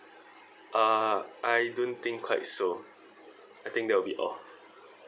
uh I don't think quite so I think that'll be all